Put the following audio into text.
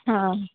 हँ